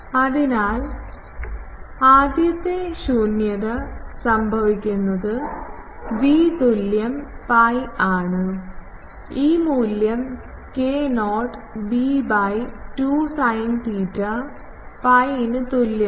അതിനാൽ ആദ്യത്തെ ശൂന്യത സംഭവിക്കുന്നത് v തുല്യo pi ആണ്ഈ മൂല്യം k0 b by 2 sine theta pi ന് തുല്യമാണ്